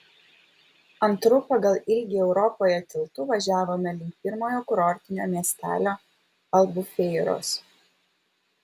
antru pagal ilgį europoje tiltu važiavome link pirmojo kurortinio miestelio albufeiros